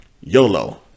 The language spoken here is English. YOLO